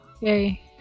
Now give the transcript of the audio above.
yay